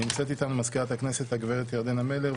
נמצאת איתנו מזכירת הכנסת הגב' ירדנה מלר,